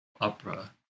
opera